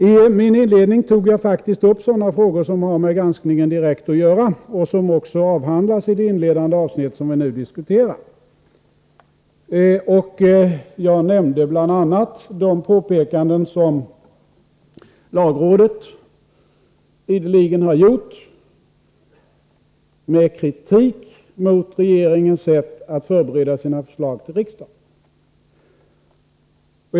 I min inledning tog jag faktiskt upp sådana frågor som har med granskningen direkt att göra och som också avhandlas i det inledande avsnitt som vi diskuterar. Jag nämnde bl.a. de påpekanden som lagrådet ideligen har gjort, med kritik mot regeringens sätt att förbereda sina förslag till riksdagen.